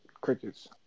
crickets